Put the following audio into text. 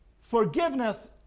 Forgiveness